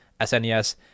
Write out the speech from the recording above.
SNES